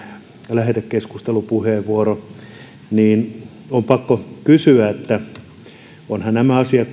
lähetekeskustelupuheenvuoroonkin viitaten on pakko kysyä että ovathan nämä asiat